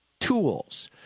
tools